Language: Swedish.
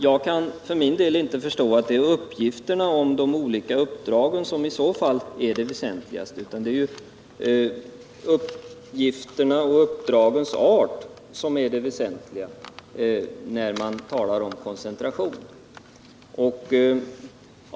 Jag kan för min del inte förstå att uppgifter om de olika uppdragen är det väsentligaste. Det måste vara uppgifter om uppdragens art som är det väsentliga när man talar om koncentration.